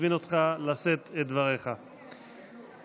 לאחר מכן יברך ראש הממשלה,